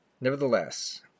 Nevertheless